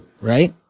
Right